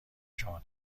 شما